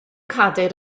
cadair